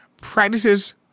practices